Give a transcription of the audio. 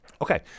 Okay